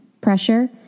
pressure